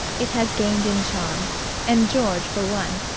it has gained in charm and george, for one,